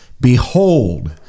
Behold